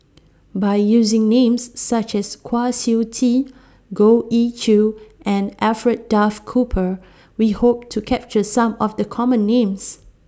By using Names such as Kwa Siew Tee Goh Ee Choo and Alfred Duff Cooper We Hope to capture Some of The Common Names